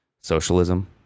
socialism